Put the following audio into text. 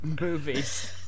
movies